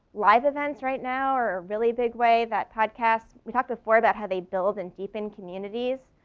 live events right now are really big way that podcasts, we talked before about how they build and deepen communities.